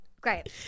Great